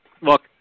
Look